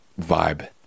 vibe